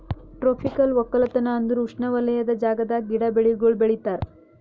tropical ಒಕ್ಕಲತನ ಅಂದುರ್ ಉಷ್ಣವಲಯದ ಜಾಗದಾಗ್ ಗಿಡ, ಬೆಳಿಗೊಳ್ ಬೆಳಿತಾರ್